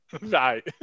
Right